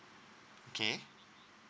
okay